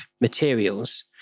materials